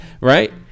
right